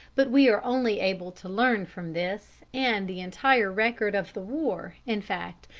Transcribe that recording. but we are only able to learn from this and the entire record of the war, in fact,